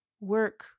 work